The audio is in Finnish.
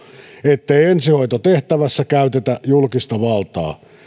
ettei ensihoitotehtävässä käytetä julkista valtaa